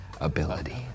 ability